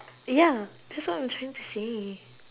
ya that's what I'm trying to say